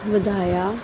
ਵਧਾਇਆ